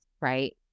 right